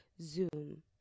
Zoom